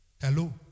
Hello